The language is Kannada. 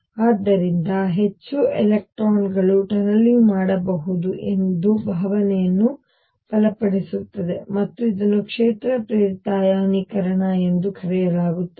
ಆದ್ದರಿಂದ ಹೆಚ್ಚು ಎಲೆಕ್ಟ್ರಾನ್ಗಳು ಟನಲಿಂಗ್ ಮಾಡಬಹುದು ಎಂಬ ಭಾವನೆಯನ್ನು ಬಲಪಡಿಸುತ್ತದೆ ಮತ್ತು ಇದನ್ನು ಕ್ಷೇತ್ರ ಪ್ರೇರಿತ ಅಯಾನೀಕರಣ ಎಂದು ಕರೆಯಲಾಗುತ್ತದೆ